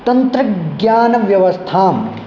तन्त्रज्ञानव्यवस्थां